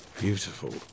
Beautiful